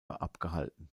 abgehalten